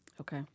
Okay